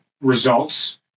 results